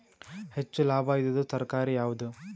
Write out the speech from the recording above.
ಹೆಚ್ಚು ಲಾಭಾಯಿದುದು ತರಕಾರಿ ಯಾವಾದು?